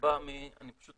אני פשוט